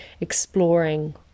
exploring